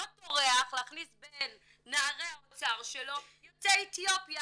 לא טורח להכניס בין נערי האוצר שלו יוצאי אתיופיה.